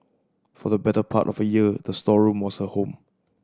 for the better part of a year the storeroom was her home